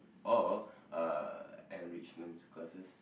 or uh enrichment classes